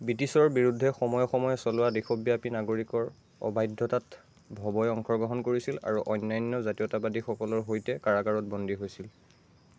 ব্ৰিটিছৰ বিৰুদ্ধে সময়ে সময়ে চলোৱা দেশব্যাপী নাগৰিকৰ অবাধ্যতাত ভৱই অংশগ্ৰহণ কৰিছিল আৰু অন্যান্য জাতীয়তাবাদীসকলৰ সৈতে কাৰাগাৰত বন্দী হৈছিল